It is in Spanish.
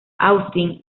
austin